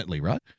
right